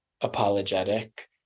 apologetic